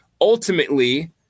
Ultimately –